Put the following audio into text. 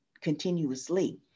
continuously